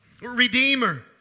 Redeemer